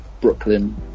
Brooklyn